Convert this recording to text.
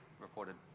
reported